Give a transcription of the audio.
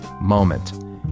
MOMENT